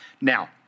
Now